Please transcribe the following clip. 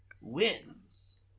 Wins